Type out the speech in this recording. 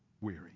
weary